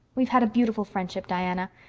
we've had a beautiful friendship, diana.